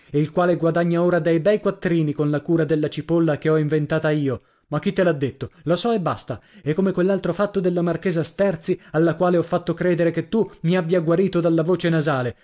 il quale guadagna ora dei bei quattrini con la cura della cipolla che ho inventata io ma chi te l'ha detto lo so e basta e come quell'altro fatto della marchesa sterzi alla quale ho fatto credere che tu mi abbia guarito dalla voce nasale